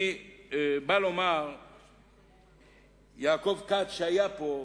חבר הכנסת יעקב כץ, שהיה פה,